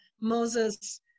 Moses